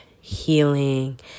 healing